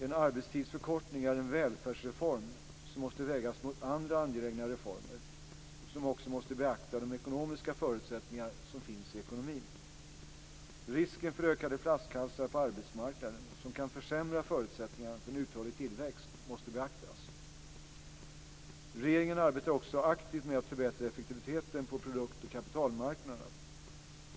En arbetstidsförkortning är en välfärdsreform som måste vägas mot andra angelägna reformer och som också måste beakta de ekonomiska förutsättningar som finns i ekonomin. Risken för ökade flaskhalsar på arbetsmarknaden, som kan försämra förutsättningarna för en uthållig tillväxt, måste beaktas. Regeringen arbetar också aktivt med att förbättra effektiviteten på produkt och kapitalmarknaderna.